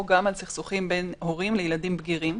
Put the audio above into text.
גם על סכסוכים בין הורים לילדים בגירים,